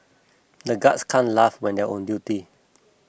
the guards can't laugh when they are on duty